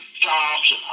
jobs